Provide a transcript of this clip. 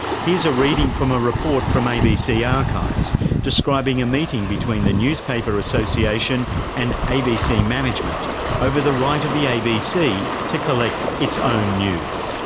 here's a reading from a report from abc ah archives describing a meeting between the newspaper association and abc management over the right of the abc to collect its own news.